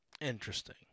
Interesting